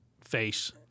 face